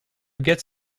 gets